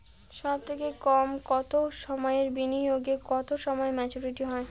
সবথেকে কম কতো সময়ের বিনিয়োগে কতো সময়ে মেচুরিটি হয়?